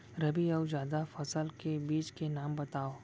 रबि अऊ जादा फसल के बीज के नाम बताव?